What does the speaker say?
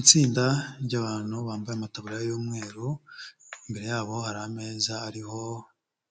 Itsinda ry'abantu bambaye amataburiya y'umweru imbere yabo hari ameza ariho